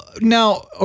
now